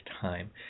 time